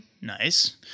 nice